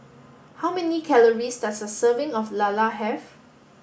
how many calories does a serving of Lala have